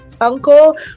uncle